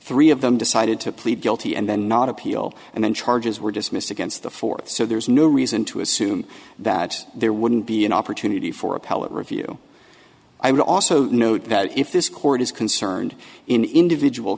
three of them decided to plead guilty and then not appeal and then charges were dismissed against the fourth so there is no reason to assume that there wouldn't be an opportunity for appellate review i would also note that if this court is concerned in individual